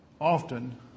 often